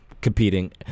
competing